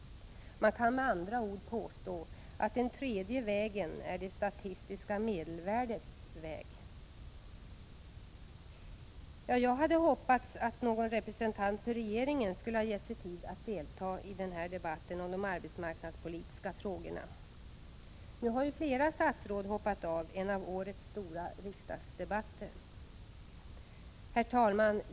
Man kan med andra ord påstå att den tredje vägen är det statistiska medelvärdets väg. Jag hade hoppats att någon representant för regeringen gett sig tid till att delta i denna debatt om de arbetsmarknadspolitiska frågorna. Nu har flera statsråd hoppat av en av årets stora riksdagsdebatter. Herr talman!